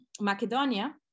Macedonia